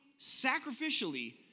sacrificially